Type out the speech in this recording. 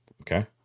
Okay